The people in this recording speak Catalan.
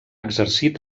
exercir